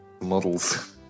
Models